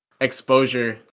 exposure